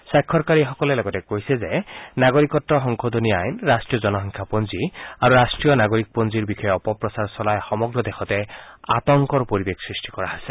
স্বাক্ষৰকাৰীসকলে লগতে কৈছে যে নাগৰিকত্ব সংশোধনী আইন ৰাষ্ট্ৰীয় জনসংখ্যা পঞ্জী আৰু ৰাষ্ট্ৰীয় নাগৰিকপঞ্জীৰ বিষয়ে অপপ্ৰচাৰ চলাই সমগ্ৰ দেশতে আতংকৰ পৰিৱেশ সৃষ্টি কৰা হৈছে